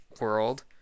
world